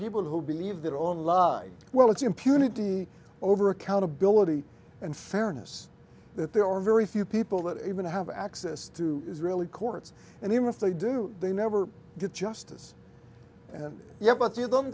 people who believe their own law well it's impunity over accountability and fairness that there are very few people that even have access to israeli courts and even if they do they never get justice and yeah but